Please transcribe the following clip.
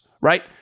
right